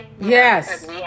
Yes